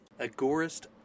Agorist